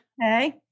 Okay